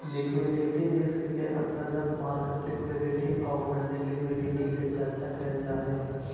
liquidity risk के अंतर्गत market liquidity आउ फंडिंग लिक्विडिटी के चर्चा कैल जा हई